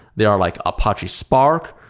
they are like apache spark,